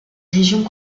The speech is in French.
régions